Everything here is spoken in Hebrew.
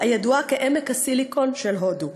הידועה כ"עמק הסיליקון" של הודו,